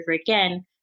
again